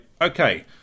okay